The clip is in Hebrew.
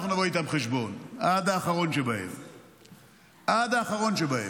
אנחנו נבוא איתם חשבון, עד האחרון שבהם.